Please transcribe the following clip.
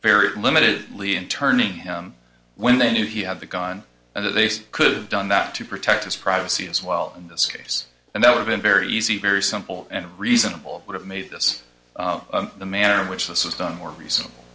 very limited lee in turning him when they knew he had the gun and that they could have done that to protect his privacy as well in this case and that we've been very easy very simple and reasonable would have made this the manner in which this was done more reasonable